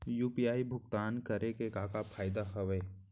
UPI भुगतान के का का फायदा हावे?